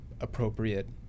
appropriate